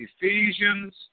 Ephesians